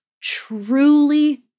truly